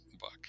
book